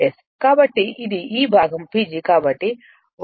కాబట్టి ఇది ఈ భాగం PG